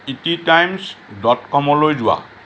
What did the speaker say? ইটি Times dot কমলৈ যোৱা